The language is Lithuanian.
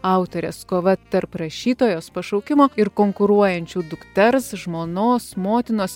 autorės kova tarp rašytojos pašaukimo ir konkuruojančių dukters žmonos motinos